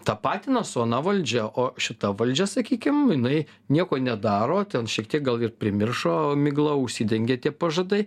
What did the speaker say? tapatina su ana valdžia o šita valdžia sakykim jinai nieko nedaro ten šiek tiek gal ir primiršo migla užsidengė tie pažadai